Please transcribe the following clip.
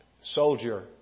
soldier